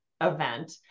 event